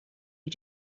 you